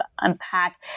unpack